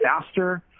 faster